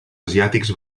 asiàtics